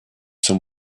sun